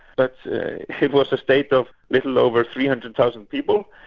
but it was a state of little over three hundred thousand people,